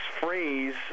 phrase